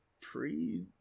Pre